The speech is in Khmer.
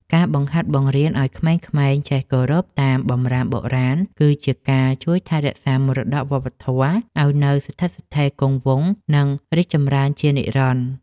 ការបង្ហាត់បង្រៀនឱ្យក្មេងៗចេះគោរពតាមបម្រាមបុរាណគឺជាការជួយថែរក្សាមរតកវប្បធម៌ឱ្យនៅស្ថិតស្ថេរគង់វង្ស និង រីកចម្រើនជានិរន្តរ៍។